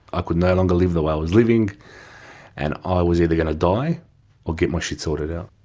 i could no longer live the way i was living and i was either going to die or get my shit sorted out.